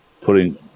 putting